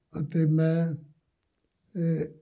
ਅਤੇ ਮੈਂ ਇਹ